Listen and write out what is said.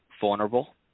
vulnerable